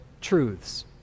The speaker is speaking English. truths